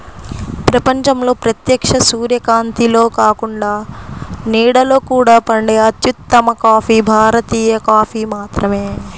ప్రపంచంలో ప్రత్యక్ష సూర్యకాంతిలో కాకుండా నీడలో కూడా పండే అత్యుత్తమ కాఫీ భారతీయ కాఫీ మాత్రమే